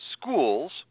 schools